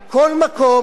כל מקום,